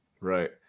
Right